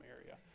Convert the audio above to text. area